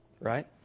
Right